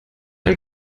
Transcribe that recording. ein